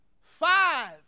five